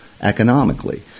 economically